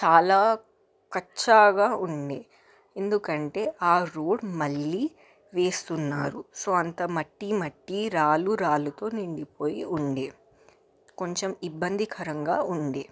చాలా కచ్చాగా ఉంది ఎందుకంటే ఆరోడ్ మళ్లీ వేస్తున్నారు సో అంత మట్టి మట్టి రాళ్లు రాలుతూ నిండిపోయి ఉండే కొంచెం ఇబ్బందికరంగా ఉండే